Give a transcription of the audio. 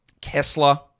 Kessler